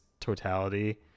totality